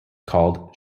called